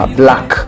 black